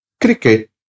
cricket